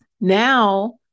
now